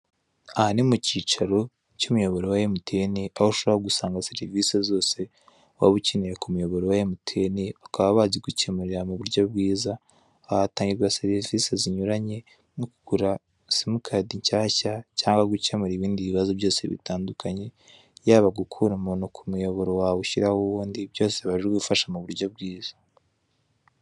Aha ni mukicaro cy'umuyoboro wa MTN,aho ushobora gusanga serivisi zose waba ukeneye ku muyoboro wa MTN bakaba bakigukemurira muburyo bwiza. Aha hatangizwa serivisi zinyuranye nko kugura simu kadi nshyashya cyangwa gukemura ibindi bibazo bitandukanye yaba gukura umuntu ku muyoboro wawe ushyiraho undi byose barabigufasha kuburyo bwiza.